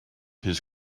his